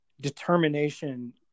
determination